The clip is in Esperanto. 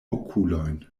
okulojn